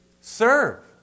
serve